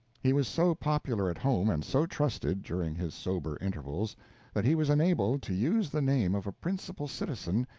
he was so popular at home, and so trusted during his sober intervals that he was enabled to use the name of a principal citizen,